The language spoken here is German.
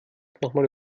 nochmal